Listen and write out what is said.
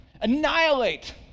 Annihilate